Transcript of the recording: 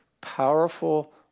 Powerful